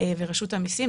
אמרת רשות המיסים,